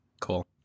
Cool